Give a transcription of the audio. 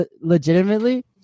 legitimately